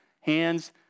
hands